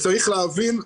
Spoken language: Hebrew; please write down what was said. צריך להבין,